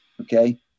okay